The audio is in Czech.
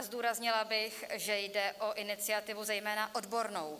Zdůraznila bych, že jde o iniciativu zejména odbornou.